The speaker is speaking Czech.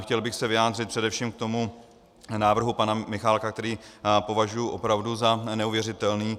Chtěl bych se vyjádřit především k návrhu pana Michálka, který považuji opravdu za neuvěřitelný.